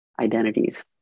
identities